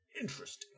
interesting